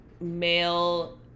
male